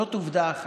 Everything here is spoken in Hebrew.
זאת עובדה אחת.